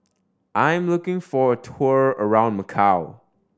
I'm looking for a tour around Macau